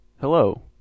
Hello